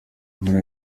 inkuru